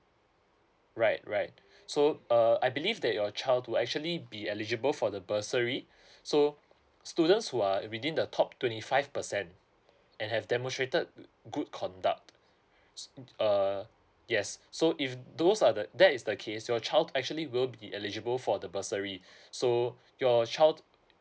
right right so uh I believe that your child will actually be eligible for the bursary so students who are within the top twenty five percent and have demonstrated good conduct so err yes so if those are the that is the case your child actually will be eligible for the bursary so your child